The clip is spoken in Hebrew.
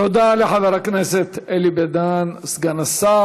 תודה לחבר הכנסת אלי בן-דהן, סגן השר.